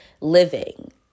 living